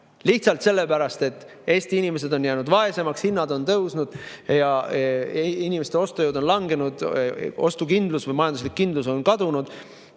Lihtsalt selle pärast, et Eesti inimesed on jäänud vaesemaks, hinnad on tõusnud ja inimeste ostujõud on langenud. Ostu[jõud] või majanduslik kindlus on kadunud